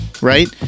Right